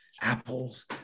Apples